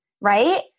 right